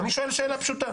אני שואל שאלה פשוטה.